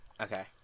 Okay